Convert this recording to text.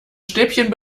stäbchen